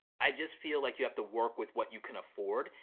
i just feel like you have to work with what you can afford.